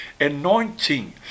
anointing